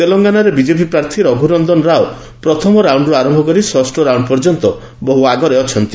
ତେଲଙ୍ଗାନାରେ ବିଜେପି ପ୍ରାର୍ଥୀ ରଘୁନନ୍ଦନ ରାଓ ପ୍ରଥମ ରାଉଣ୍ଡରୁ ଆରମ୍ଭ କରି ଷଷ୍ଠ ରାଉଣ୍ଡ ପର୍ଯ୍ୟନ୍ତ ଆଗରେ ରହିଛନ୍ତି